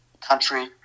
country